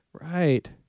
right